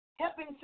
helping